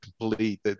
complete